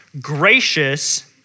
gracious